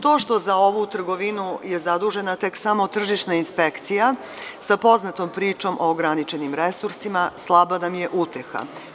To što je za ovu trgovinu zadužena samo tržišna inspekcija sa poznatom pričom o ograničenim resursima, slaba nam je uteha.